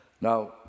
now